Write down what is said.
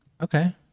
Okay